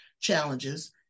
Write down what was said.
challenges